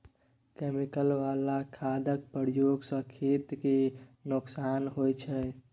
chemical बला खादक प्रयोग सँ खेत केँ नोकसान होइ छै